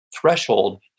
threshold